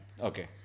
Okay